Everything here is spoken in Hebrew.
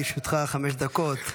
לרשותך חמש דקות.